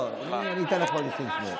לא, אני אתן לך עוד 20 שניות.